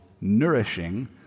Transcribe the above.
nourishing